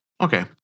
Okay